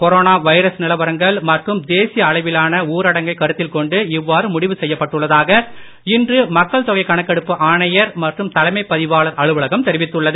corona virus நிலவரங்கள் மற்றும் தேசிய அளவிலான ஊரடங்கை கருத்தில் கொண்டு இவ்வாறு முடிவு செய்யப்பட்டுள்ளதாக இன்று மக்கள் தொகை கணக்கெடுப்பு ஆணையர் மற்றும் தலைமைப் பதிவாளர் அலுவலகம் தெரிவித்துள்ளது